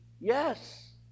yes